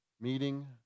meeting